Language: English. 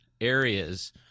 areas